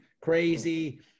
crazy